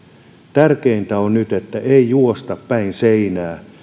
tärkeintä on nyt että ei juosta päin seinää